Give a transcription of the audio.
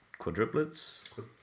quadruplets